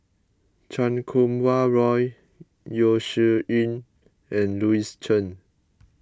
Chan Kum Wah Roy Yeo Shih Yun and Louis Chen